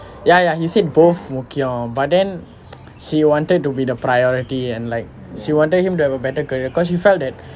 ya ya he said both முக்கியம்:mukkiyam but then she wanted to be the priority and like she wanted him to have a better career because she felt that